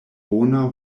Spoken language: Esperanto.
bona